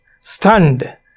stunned